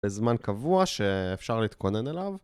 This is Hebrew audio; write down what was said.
בזמן קבוע שאפשר להתכונן אליו